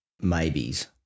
maybes